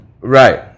Right